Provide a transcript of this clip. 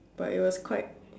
but it was quite